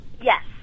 Yes